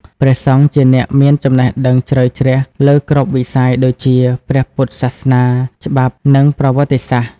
ព្រះសង្ឃជាអ្នកមានចំណេះដឹងជ្រៅជ្រះលើគ្រប់វិស័យដូចជា ព្រះពុទ្ធសាសនា ច្បាប់ និង ប្រវត្តិសាស្ត្រ ។